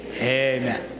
Amen